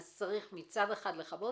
אז צריך מצד אחד לכבות,